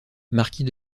marquis